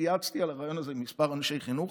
התייעצתי על הרעיון הזה עם כמה אנשי חינוך